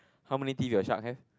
how many teeth your shark have